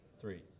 Three